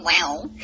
Wow